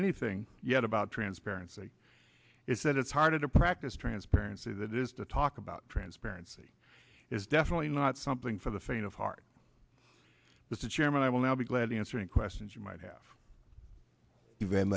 anything yet about transparency it's that it's hard to practice transparency that is to talk about transparency is definitely not something for the faint of heart this is chairman i will now be glad answering questions you might have